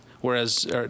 whereas